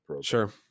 Sure